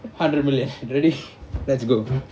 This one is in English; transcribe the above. hundred million already let's go